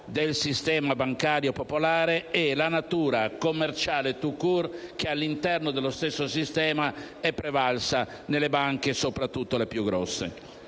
del sistema bancario popolare e la natura commerciale *tout court* che, all'interno dello stesso sistema, è prevalsa nelle banche, soprattutto le più grandi.